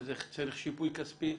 שזה צריך שיפוי כספי.